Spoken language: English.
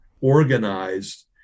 organized